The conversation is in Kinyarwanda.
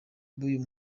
b’uyu